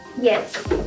Yes